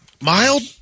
Mild